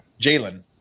Jalen